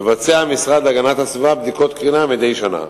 המשרד להגנת הסביבה מבצע בדיקות קרינה מדי שנה.